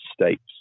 states